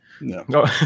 no